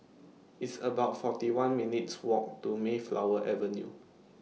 It's about forty one minutes' Walk to Mayflower Avenue